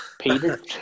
Peter